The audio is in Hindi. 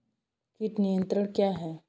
कीट नियंत्रण क्या है?